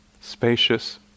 spacious